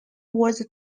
was